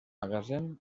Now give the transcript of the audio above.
magatzem